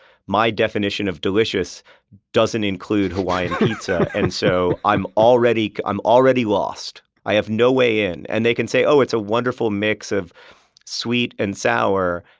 my defintion of delicious doesn't include hawaiian pizza and so i'm already i'm already lost. i have no way in. and they can say, oh, it's a wonderful mix of sweet and sour,